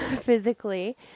physically